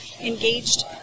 engaged